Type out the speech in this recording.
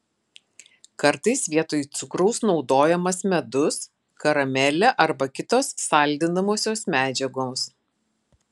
kartais vietoj cukraus naudojamas medus karamelė arba kitos saldinamosios medžiagos